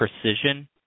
precision